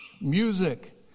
music